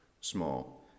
small